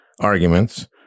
arguments